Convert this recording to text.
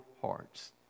hearts